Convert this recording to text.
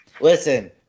Listen